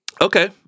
Okay